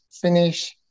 finish